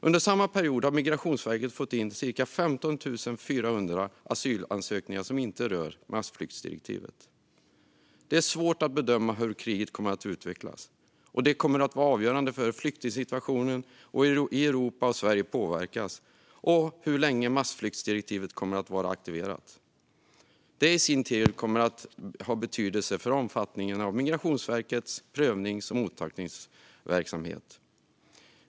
Under samma period har Migrationsverket fått in cirka 15 400 asylansökningar som inte rör massflyktsdirektivet. Det är svårt att bedöma hur kriget kommer att utvecklas. Det kommer att vara avgörande för hur flyktingsituationen i Europa och Sverige påverkas och för hur länge massflyktsdirektivet kommer att vara aktiverat. Det i sin tur kommer att ha betydelse för omfattningen av Migrationsverkets prövnings och mottagningsverksamhet.